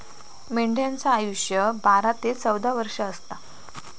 मेंढ्यांचा आयुष्य बारा ते चौदा वर्ष असता